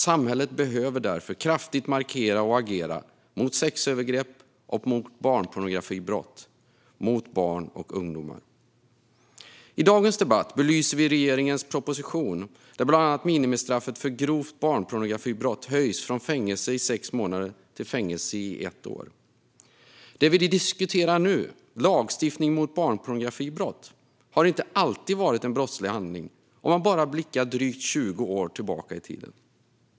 Samhället behöver därför kraftigt markera och agera mot sexövergrepp och mot barnpornografibrott mot barn och ungdomar. I dagens debatt belyser vi regeringens proposition, där bland annat minimistraffet för grovt barnpornografibrott höjs från fängelse i sex månader till fängelse i ett år. Det vi diskuterar nu är lagstiftning mot barnpornografibrott, som inte alltid har varit en brottslig handling. Det räcker med att blicka drygt 20 år tillbaka i tiden.